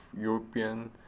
European